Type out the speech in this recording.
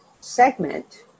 segment